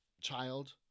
child